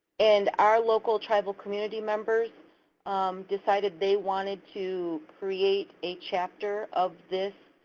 and our local tribal community members decided they wanted to create a chapter of this